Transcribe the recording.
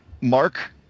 Mark